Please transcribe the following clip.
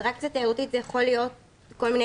אטרקציה תיירותית זה יכול להיות כל מיני